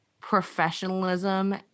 professionalism